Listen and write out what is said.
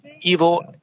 evil